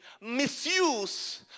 misuse